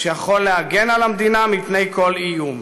שיכול להגן על המדינה מפני כל איום.